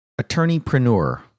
attorneypreneur